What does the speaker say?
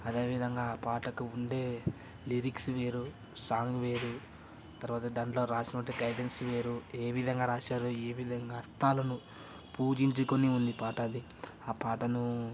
అదేవిధంగా ఆ పాటకు ఉండే లిరిక్స్ వేరు సాంగ్ వేరు తర్వాత దాంట్లో రాసినవంటి గైడెన్స్ వేరు ఏ విధంగా రాశారు ఏ విధంగా అర్థాలను పూజించుకొని ఉంది పాట అది ఆ పాటను